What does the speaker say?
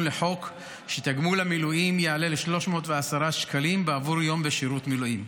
לחוק שתגמול המילואים יעלה ל-310 שקלים בעבור יום בשירות מילואים.